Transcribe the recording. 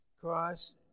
cross